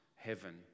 heaven